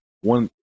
one